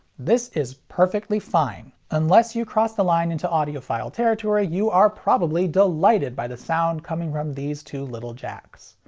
this is perfectly fine. unless you cross the line into audiophile territory, you are probably delighted by the sound coming from these two little jacks.